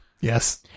Yes